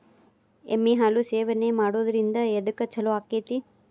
ಎಮ್ಮಿ ಹಾಲು ಸೇವನೆ ಮಾಡೋದ್ರಿಂದ ಎದ್ಕ ಛಲೋ ಆಕ್ಕೆತಿ?